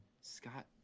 scott